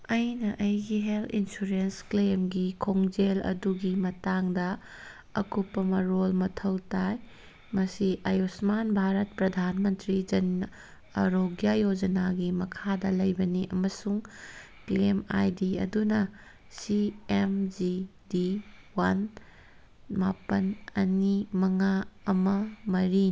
ꯑꯩꯅ ꯑꯩꯒꯤ health insurance ꯀ꯭ꯂꯦꯝꯒꯤ ꯈꯣꯡꯖꯦꯜ ꯑꯗꯨꯒꯤ ꯃꯇꯥꯡꯗ ꯑꯀꯨꯞꯄ ꯃꯔꯣꯜ ꯃꯊꯧ ꯇꯥꯏ ꯃꯁꯤ ꯑꯌꯨꯁꯃꯥꯟ ꯚꯥꯔꯠ ꯄ꯭ꯔꯗꯥꯟ ꯃꯟꯇ꯭ꯔꯤ ꯖꯥꯟ ꯑꯔꯣꯒ꯭ꯌꯥ ꯌꯣꯖꯅꯥꯒꯤ ꯃꯈꯥꯗ ꯂꯩꯕꯅꯤ ꯑꯃꯁꯨꯡ ꯀ꯭ꯂꯦꯝ ꯑꯥꯏ ꯗꯤ ꯑꯗꯨꯅ C M G T one ꯃꯥꯄꯜ ꯑꯅꯤ ꯃꯉꯥ ꯑꯃ ꯃꯔꯤꯅꯤ